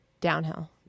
downhill